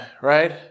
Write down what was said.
right